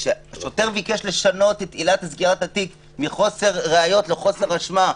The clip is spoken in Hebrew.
השוטר ביקש לשנות את עילת סגירת התיק מחוסר ראיות לחוסר אשמה.